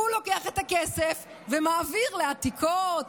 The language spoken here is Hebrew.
הוא לוקח את הכסף ומעביר לעתיקות,